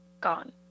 gone